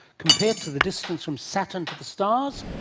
compared to the distance from saturn to the stars,